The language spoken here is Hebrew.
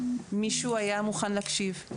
מישהו היה מוכן להקשיב,